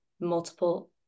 multiple